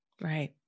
Right